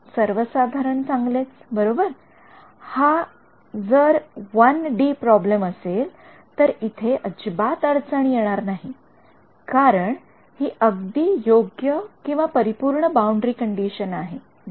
सर्वसाधारण चांगलेच बरोबर जर हा वन डी प्रॉब्लेम असेल तर इथे अजिबात अडचण नाही कारण हि अगदी योग्यपरिपूर्ण बाउंडरी कंडिशन आहे बरोबर